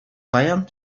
паян